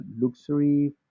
luxury